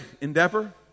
endeavor